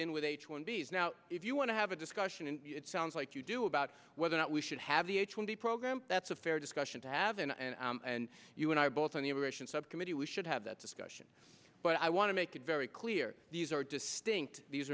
in with h one b s now if you want to have a discussion and it sounds like you do about whether or not we should have the h one b program that's a fair discussion to have and and you and i both on the immigration subcommittee we should have that discussion but i want to make it very clear these are distinct these